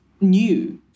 new